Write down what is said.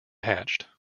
hatched